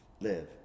live